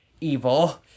evil